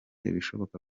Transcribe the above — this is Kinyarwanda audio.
ibishoboka